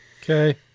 Okay